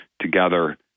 together